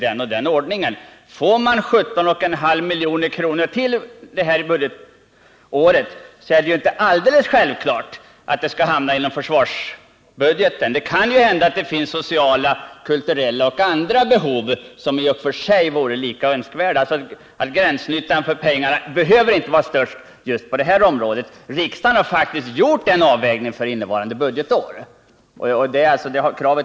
Får man ytterligare 17,5 milj.kr. detta budgetår är det inte alldeles klart att de pengarna skall hamna inom försvarsbudgeten. Det kan hända att det finns sociala, kulturella och andra behov som i och för sig är lika angelägna. Gränsnyttan för pengarna behöver inte bli störst om man satsar dem på just detta område.